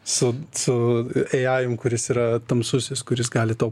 su su eajum kuris yra tamsusis kuris gali tau